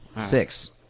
Six